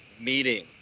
meeting